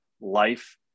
life